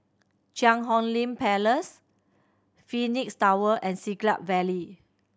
Cheang Hong Lim Place Phoenix Tower and Siglap Valley